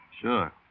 Sure